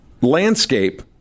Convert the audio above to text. landscape